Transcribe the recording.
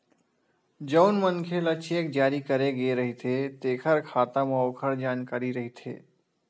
जउन मनखे ल चेक जारी करे गे रहिथे तेखर खाता म ओखर जानकारी रहिथे